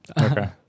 Okay